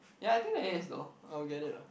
ya I think that is though I'll get it lah